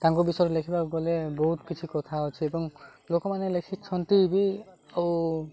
ତାଙ୍କ ବିଷୟରେ ଲେଖିବାକୁ ଗଲେ ବହୁତ କିଛି କଥା ଅଛି ଏବଂ ଲୋକମାନେ ଲେଖିଛନ୍ତି ବି ଆଉ